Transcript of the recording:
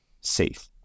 safe